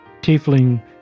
tiefling